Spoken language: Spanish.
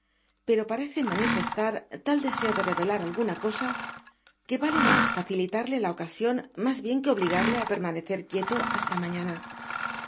pero parece manifestar tal deseo de revelar alguna cosa que vale mas facilitarle la ocasion mas bien que obligarle á permanecer quieto hasta mañana